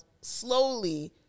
slowly